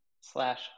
slash